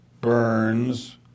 Burns